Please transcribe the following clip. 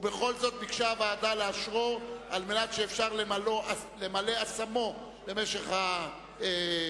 ובכל זאת ביקשה הוועדה לאשרו על מנת שאפשר למלא אסמו למשך השנה,